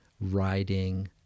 riding